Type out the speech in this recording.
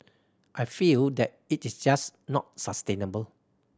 I feel that it is just not sustainable